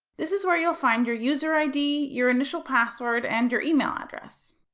this is where you will find your user id, your initial password, and your email address.